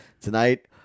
Tonight